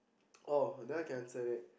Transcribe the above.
oh that one I can answer that